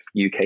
UK